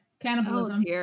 Cannibalism